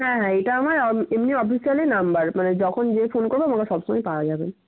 হ্যাঁ হ্যাঁ এইটা আমার এমনি অফিসিয়ালি নাম্বার মানে যখন যে ফোন করুক আমাকে সব সময়েই পাওয়া যাবে